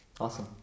Awesome